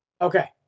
Okay